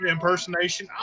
Impersonation